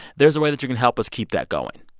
there's a way that you can help us keep that going.